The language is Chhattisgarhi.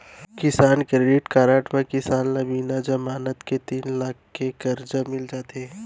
किसान क्रेडिट कारड म किसान ल बिना जमानत के तीन लाख तक के करजा मिल जाथे